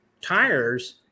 tires